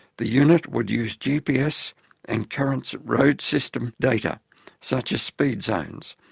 the unit would use gps and current road system data such as speed zones,